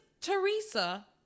Teresa